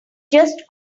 just